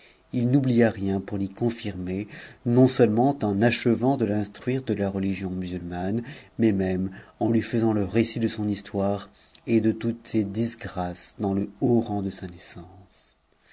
lui n'oublia rien pour l'y confirmer non-seulement en achevant de l'instruire de la religion musulmane mais même en lui faisant e récit de son histoire et de toutes ses disgrâces dans le haut rang de sa naissance